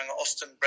Austin